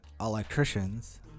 electricians